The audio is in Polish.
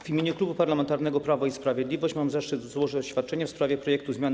W imieniu Klubu Parlamentarnego Prawo i Sprawiedliwość mam zaszczyt złożyć oświadczenie w sprawie projektu zmiany